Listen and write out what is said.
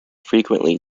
frequently